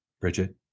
Bridget